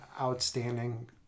outstanding